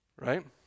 right